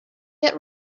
yet